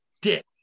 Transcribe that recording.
dick